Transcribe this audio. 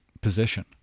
position